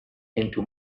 into